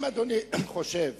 אם אדוני חושב